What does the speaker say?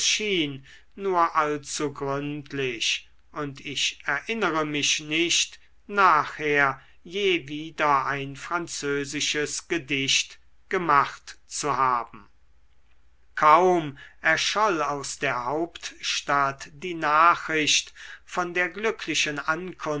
nur allzu gründlich und ich erinnere mich nicht nachher je wieder ein französisches gedicht gemacht zu haben kaum erscholl aus der hauptstadt die nachricht von der glücklichen